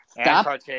Stop